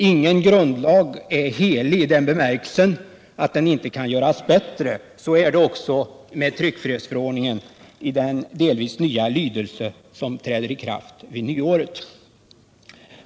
Ingen grundlag är helig i den bemärkelsen att den inte kan göras bättre. Så är det också med tryckfrihetsförordningen i den delvis nya lydelse som träder i kraft vid nyåret.